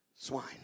swine